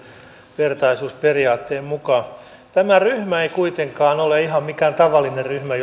yhdenvertaisuusperiaatteen mukainen tämä ryhmä jolta nyt leikataan ei kuitenkaan ole ihan mikään tavallinen ryhmä